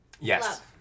Yes